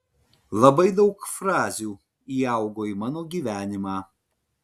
labai daug frazių įaugo į mano gyvenimą